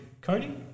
Cody